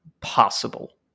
possible